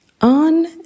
on